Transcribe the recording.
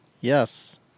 Yes